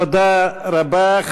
תודה רבה.